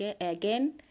again